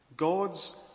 God's